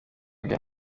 bwe